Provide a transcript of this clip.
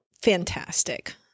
fantastic